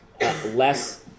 less